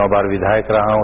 नौ बार विधायक रहा हूं